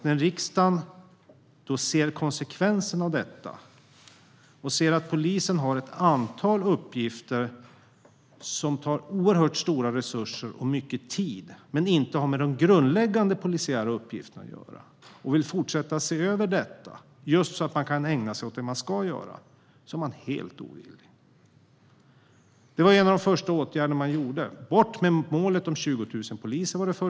När riksdagen ser konsekvenserna av detta och ser att polisen har ett antal uppgifter som tar stora resurser och mycket tid men inte har med de grundläggande polisiära uppgifterna att göra och vill fortsätta att se över detta så att polisen kan ägna sig åt det den ska är man märkligt nog helt ovillig. Något av det första regeringen gjorde var att ta bort målet om 20 000 poliser.